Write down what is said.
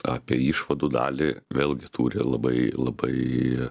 apie išvadų dalį vėlgi turi labai labai